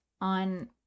on